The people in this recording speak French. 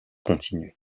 continue